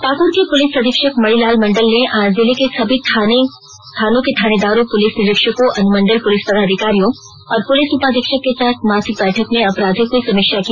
पाकुड़ के पुलिस अधीक्षक मणिलाल मंडल ने आज जिले के सभी थानों के थानेदारों पुलिस निरीक्षकों अनुमंडल पुलिस पदाधिकारियों और पुलिस उपाधीक्षक के साथ मासिक बैठक में अपराधों की समीक्षा की